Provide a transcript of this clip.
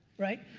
right?